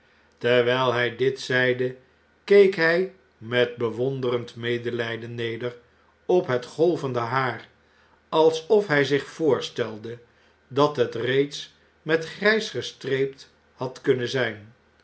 terwjjl hjj dit zeide keek hjj metbewonderend medelgden neder op net golvende haar alsof hij zich voorstelde dat het reeds met grijs gestreept had kunnen zjjn